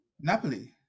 Napoli